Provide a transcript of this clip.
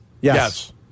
Yes